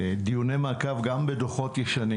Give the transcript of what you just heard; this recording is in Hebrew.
דיוני מעקב גם בדו"חות ישנים